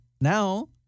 now